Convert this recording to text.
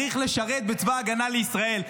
צריך לשרת בצבא ההגנה לישראל.